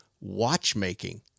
watchmaking